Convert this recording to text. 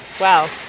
Wow